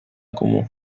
como